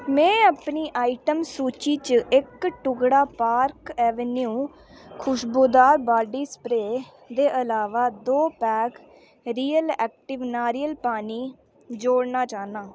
में अपनी आइटम सूची च इक टुकड़ा पार्क एवेन्यू खुश्बोदार बाडी स्प्रेऽ दे अलावा दो पैक रियल एक्टिव नारियल पानी जोड़ना चाह्न्नां